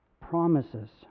promises